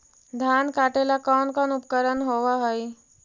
धान काटेला कौन कौन उपकरण होव हइ?